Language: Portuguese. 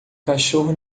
cachorro